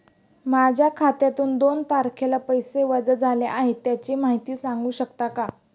माझ्या खात्यातून दोन तारखेला पैसे वजा झाले आहेत त्याची माहिती सांगू शकता का?